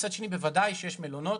מהצד השני, יש לא מעט מלונות